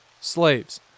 slaves